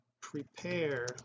prepare